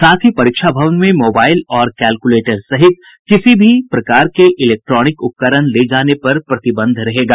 साथ ही परीक्षा भवन में मोबाईल और कैलकुलेटर सहित किसी भी प्रकार के इलेक्ट्रॉनिक उपकरण ले जाने पर प्रतिबंध रहेगा